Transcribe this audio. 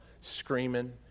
screaming